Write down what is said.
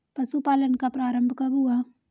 पशुपालन का प्रारंभ कब हुआ?